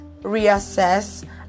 reassess